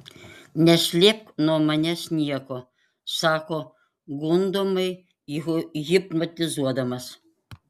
neslėpk nuo manęs nieko sako gundomai hipnotizuodamas